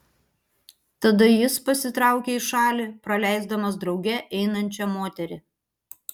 tada jis pasitraukia į šalį praleisdamas drauge einančią moterį